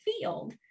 field